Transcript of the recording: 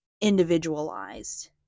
individualized